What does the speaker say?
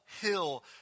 Hill